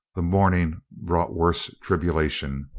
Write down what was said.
the morning brought worse tribulation.